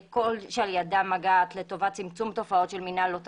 כמה שידם מגעת לטובת צמצום תופעות של מנהל לא תקין,